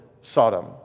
Sodom